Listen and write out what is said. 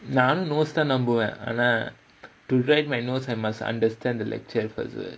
நானும்:nanum notes தான் நம்புவேன் ஆனா:thaan nambuvaen aanaa to write my notes I must understand the lecture first